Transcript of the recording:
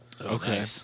Okay